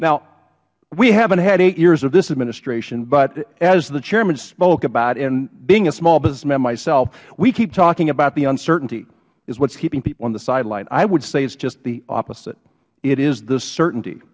roosevelt we haven't had eight years of this administration but as the chairman spoke and being a small businessman myself we keep talking about the uncertainty is what is keeping people on the sideline i would say it is just the opposite it is the certainty